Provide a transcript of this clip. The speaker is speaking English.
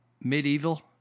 medieval